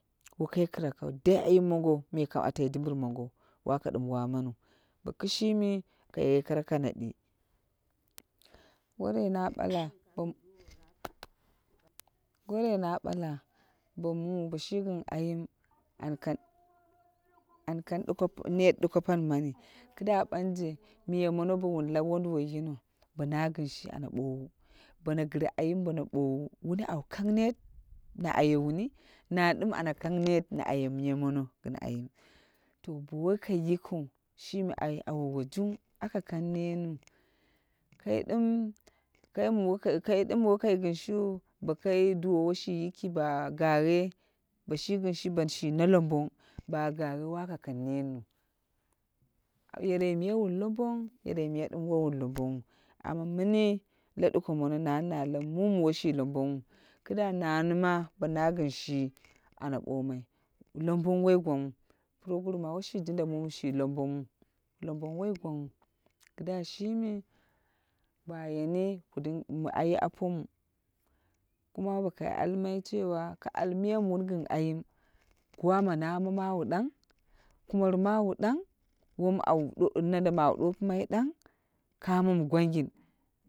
Wokai krakau, dai ayim mongoo me kam atai dimbiri mongo wa ko ɗim wamani. Bo kishimi kaye kare kanadi. Goroi na bala. goroi na ɓala bo mu bo shi gin ayim. An kang an kang net duko pani mani. Kida ɓanje miya mono bowun lau wonduwoi yino bo no gin shi ana bowu. Bono gire ayim bono ɓowu, wuni au kang net na aye wuni na dim ana kang net an aye iniya mono gin ayim. To bo wokai yikiu shimi ai awowo jung aka kang net mu. Kai dim kai mi wokai kai ɗim wokai gin shi bo duwowo shi yiki ba gaye boshi ginshi boshi na lombong ba gaye wa ka kang netniu. Yere miya wun lombong yere miya wo wun lombongwu. Amma mini la duko mono nani na la mu mi woshi lombongwu. Ki da nani ma ba na gin shi ana ɓomai. Lombong woi gwangwu puroguru woshi jinda mumi shi lombongwo lombong wai gwangwu. Kida shimi ba yeni mi aye apomu. Kama bo kai almai cewa, ka al miya wun gin ayim, gwa ma nama mawu dang, kumat mawu ɗang nanda ani au ɗommai ɓang kamo mi gwanging.